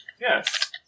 yes